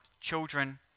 children